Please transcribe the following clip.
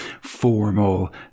formal